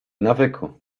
nawyku